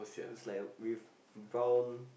is like a with brown